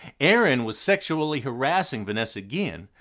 aaron was sexually harassing vanessa guillen.